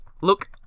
Look